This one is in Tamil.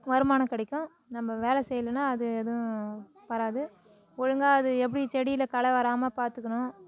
வருமானம் கிடைக்கும் நம்ம வேலை செய்யலைன்னா அது எதுவும் வராது ஒழுங்கா அது எப்படி செடியில் களை வரமால் பார்த்துக்கணும்